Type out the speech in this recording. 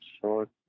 Short